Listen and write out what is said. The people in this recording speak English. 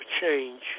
change